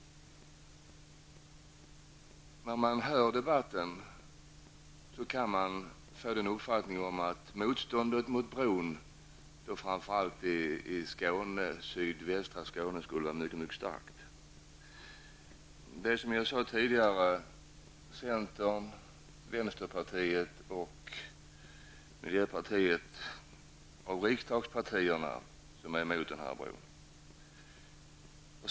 När man hör debatten kan man få den uppfattningen att motståndet mot bron skulle vara mycket starkt, framför allt i sydvästra Skåne. Som jag sade tidigare är det av riksdagspartierna centerpartiet, vänsterpartiet och miljöpartiet av riksdagspartierna som är emot bron.